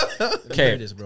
okay